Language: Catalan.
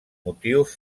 motius